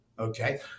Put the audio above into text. Okay